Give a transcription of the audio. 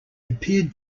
appeared